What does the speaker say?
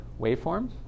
waveform